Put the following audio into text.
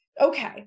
okay